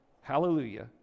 hallelujah